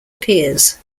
appears